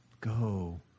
Go